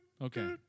Okay